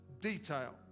detail